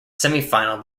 semifinal